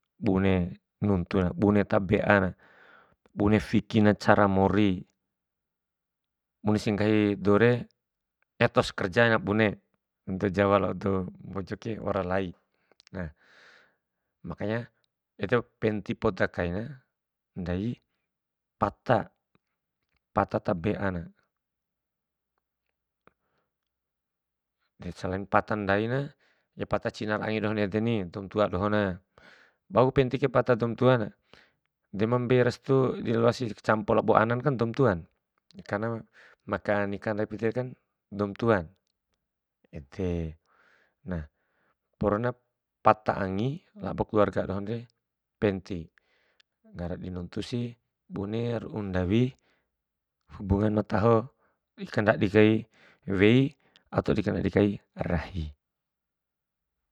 Bune nuntun, bune tabe'ana, bune fikina cara mori, bunesi nggahi doure etos kerja na bunde dou jawa lao dou mbojo waura lai. Na, makanya ede wauk penti poda kaina ndai pata, pata tabeana, selai pata ndaina pata cinara angi ede dohoni, doum tuan dohona. Bau ku penti kai pata doum tuana, de mambei restu di kacampo kai angika doum tuan, ede. Na, porona pata angi labo kelaurga dohonde penti. Ngara dinuntusi bune ru'u ndawi hubungan mataho, di kandadi kai wei ato kandadi kai rahi.